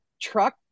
truck